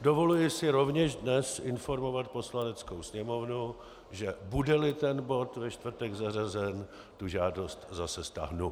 Dovoluji si rovněž dnes informovat Poslaneckou sněmovnu, že budeli ten bod ve čtvrtek zařazen, tu žádost zase stáhnu.